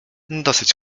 dosyć